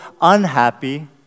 unhappy